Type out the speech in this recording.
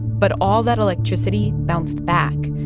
but all that electricity bounced back,